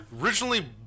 Originally